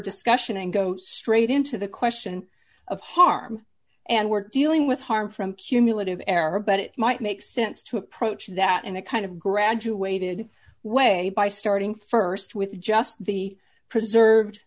discussion and go straight into the question of harm and we're dealing with harm from cumulative error but it might make sense to approach that in a kind of graduated way by starting st with just the preserved